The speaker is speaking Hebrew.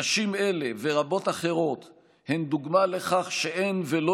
נשים אלה ורבות אחרות הן דוגמה לכך שאין ולא